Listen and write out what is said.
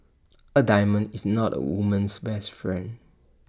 A diamond is not A woman's best friend